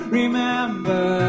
remember